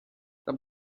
this